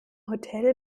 hotel